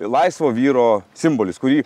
laisvo vyro simbolis kurį